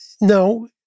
no